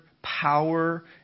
power